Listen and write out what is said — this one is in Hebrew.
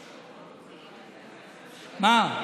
מה?